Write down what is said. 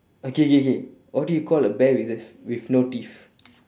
okay okay okay what do you call a bear with a with no teeth